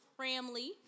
family